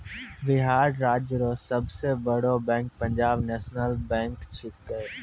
बिहार राज्य रो सब से बड़ो बैंक पंजाब नेशनल बैंक छैकै